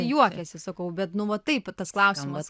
juokiasi sakau bet nu va taip tas klausimas